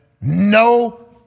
No